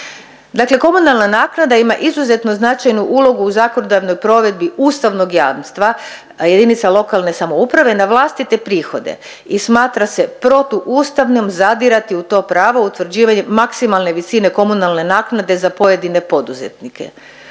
komunalna naknada ima izuzetno značajnu ulogu u zakonodavnoj provedbi ustavnog jamstva jedinica lokalne samouprave na vlastite prihode i smatra se protuustavnim zadirati u to pravo utvrđivanjem maksimalne visine komunalne naknade za pojedine poduzetnike.